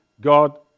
God